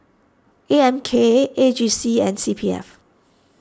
A M K A G C and C P F